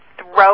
throw